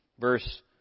verse